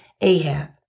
Ahab